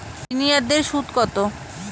সিনিয়ারদের সুদ কত?